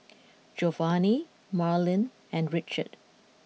Geovanni Marlyn and Richard